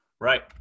Right